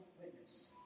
witness